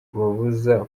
babuza